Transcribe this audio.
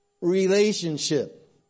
relationship